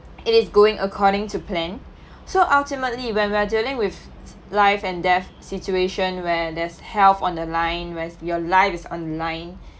it is going according to plan so ultimately when we're dealing with life and death situation where there's health on the line where your lives on the line